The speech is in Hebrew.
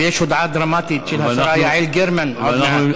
ויש הודעה דרמטית של השרה יעל גרמן עוד מעט.